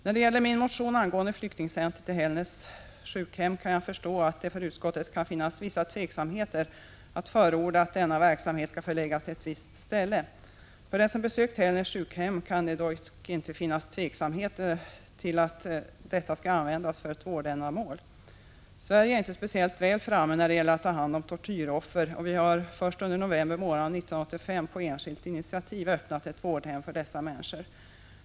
När det gäller min motion angående flyktingcenter i Hällnäs sjukhem, kan jag förstå att det för utskottet kan finnas vissa tveksamheter i att förorda att denna verksamhet skall förläggas till ett visst ställe. För den som besökt Hällnäs sjukhem kan det dock inte finnas någon tveksamhet inför att hemmet skall användas för vårdändamål. Sverige är inte speciellt väl framme när det gäller att ta hand om tortyroffer. Vi har först under november månad 1985, på enskilt initiativ, öppnat ett vårdhem för dessa människor.